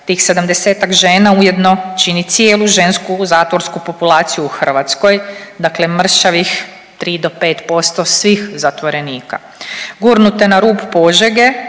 Tih 70-tak žena ujedno čini cijelu žensku zatvorsku populaciju u Hrvatskoj dakle mršavih 3 do 5% svih zatvorenika, gurnute na rub Požege